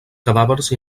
cadàvers